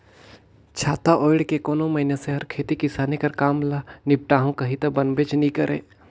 छाता ओएढ़ के कोनो मइनसे हर खेती किसानी कर काम ल निपटाहू कही ता बनबे नी करे